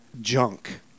junk